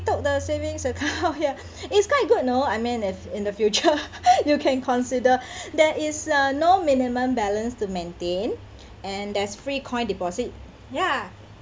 took the savings account ya it's quite good you know I mean if in the future you can consider there is a no minimum balance to maintain and there's free coin deposit ya